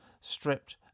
stripped